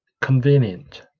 convenient